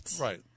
Right